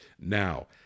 now